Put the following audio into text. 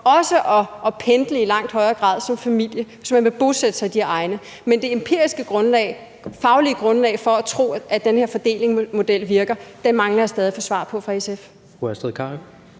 også at pendle i langt højere grad som familie, hvis man vil bosætte sig i de egne. Men det empiriske grundlag og faglige grundlag for at tro, at den her fordelingsmodel virker, mangler jeg stadig at få svar på fra SF's